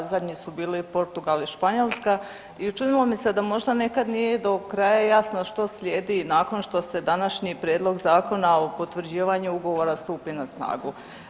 Zadnji su bili Portugal i Španjolska i učinilo mi se da možda nekad nije do kraja jasno što slijedi nakon što se današnji prijedlog zakona o potvrđivanju ugovora stupi na snagu.